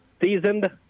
seasoned